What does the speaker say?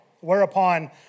Whereupon